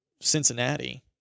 Cincinnati